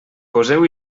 poseu